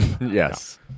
Yes